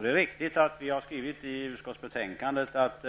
Det är riktigt att vi har skrivit i utskottsbetänkandet att